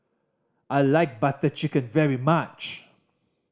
I like Butter Chicken very much